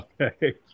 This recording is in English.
Okay